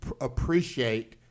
appreciate